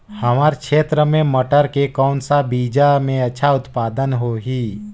हमर क्षेत्र मे मटर के कौन सा बीजा मे अच्छा उत्पादन होही?